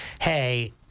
hey